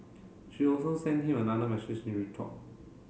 she also sent him another message in retort